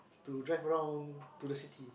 to drive around to the city